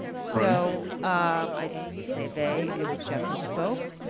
so i say they, it was jeff who spoke.